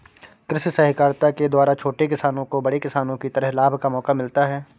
कृषि सहकारिता के द्वारा छोटे किसानों को बड़े किसानों की तरह लाभ का मौका मिलता है